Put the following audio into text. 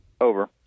Over